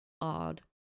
odd